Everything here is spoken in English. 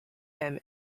him